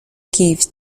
give